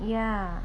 ya